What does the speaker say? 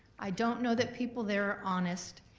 i don't know that people there are honest,